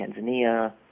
Tanzania